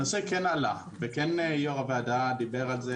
הנושא כן עלה וכן יו"ר הוועדה דיבר על זה